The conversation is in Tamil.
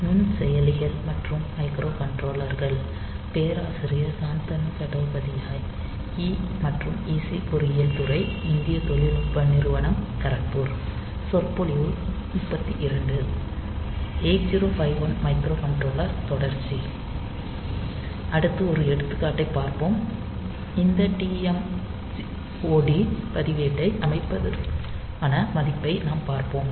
8051 மைக்ரோகண்ட்ரோலர் தொடர்ச்சி அடுத்து ஒரு எடுத்துக்காட்டைப் பார்ப்போம் இந்த TMOD பதிவேட்டை அமைப்பதற்கான மதிப்பை நாம் பார்ப்போம்